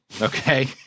Okay